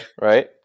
Right